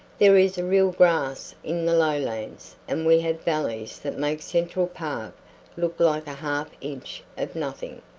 there is real grass in the lowlands and we have valleys that make central park look like a half inch of nothing.